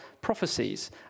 prophecies